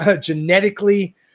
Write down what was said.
genetically